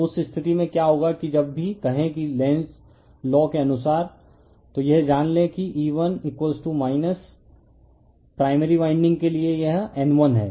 तो उस स्थिति में क्या होगा कि जब भी कहें कि लेन्ज़ के लॉ के अनुसार है तो यह जान लें कि E1 प्राइमरी वाइंडिंग के लिए यह N1 है